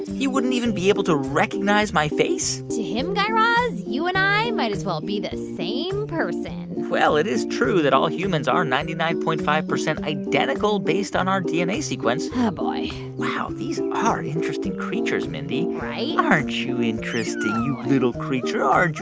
he wouldn't even be able to recognize my face to him, guy raz, you and i might as well be the same person well, it is true that all humans are ninety nine point five percent identical, based on our dna sequence oh, boy wow, these are interesting creatures, mindy right? aren't you interesting, you little creature? oh, boy aren't you?